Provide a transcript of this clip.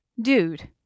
Dude